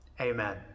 Amen